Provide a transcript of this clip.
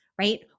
right